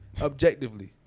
objectively